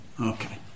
okay